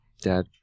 Dad